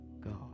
God